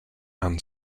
and